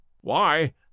Why